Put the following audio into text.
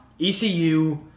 ECU